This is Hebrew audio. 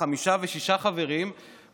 חמישה ושישה חברים,